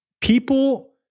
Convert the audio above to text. people